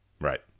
Right